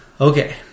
Okay